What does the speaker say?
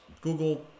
Google